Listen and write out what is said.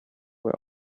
were